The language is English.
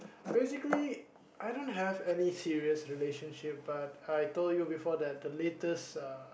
basically I don't have any serious relationship but I told you before that the latest uh